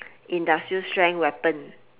industrial strength weapon